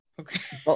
Okay